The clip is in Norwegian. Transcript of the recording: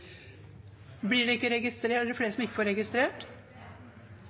blir ikke alle som ikke